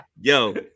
yo